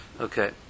Okay